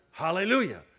Hallelujah